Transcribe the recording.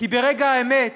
כי ברגע האמת